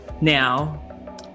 now